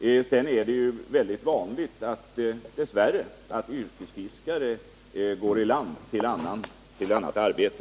Dess värre är det också mycket vanligt att yrkesfiskare går i land till annat arbete.